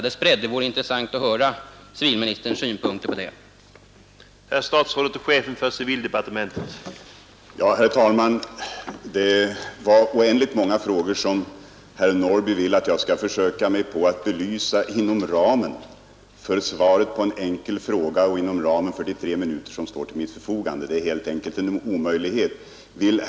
Det vore intressant att få höra civilministerns synpunkter på den frågan.